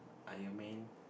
Iron-man